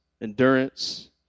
endurance